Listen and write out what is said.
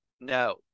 No